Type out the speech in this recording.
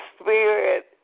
spirit